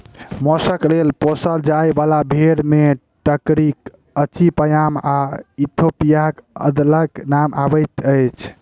मौसक लेल पोसल जाय बाला भेंड़ मे टर्कीक अचिपयाम आ इथोपियाक अदलक नाम अबैत अछि